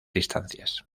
distancias